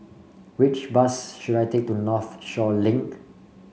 which bus should I take to Northshore Link